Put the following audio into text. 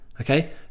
okay